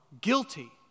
guilty